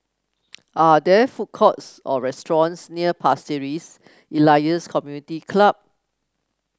are there food courts or restaurants near Pasir Ris Elias Community Club